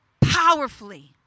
Powerfully